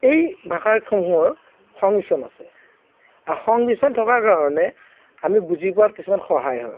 এই ভাষাৰসমূহৰ সংমিশ্ৰণ আছে আৰু সংমিশ্ৰণ থকাৰ কাৰণে আমি বুজি পোৱাত কিছুমান সহায় হয়